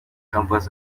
campus